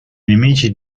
nemici